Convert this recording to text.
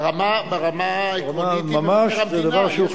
ברמה העקרונית עם מבקר המדינה.